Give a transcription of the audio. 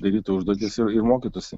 darytų užduotis ir ir mokytųsi